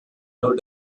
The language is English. low